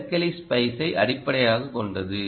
Berkeley ஸ்பைஸ்ஐ அடிப்படையாகக் கொண்டது